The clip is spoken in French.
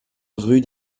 rue